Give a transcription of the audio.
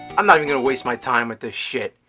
i'm not even gonna waste my time with this shit.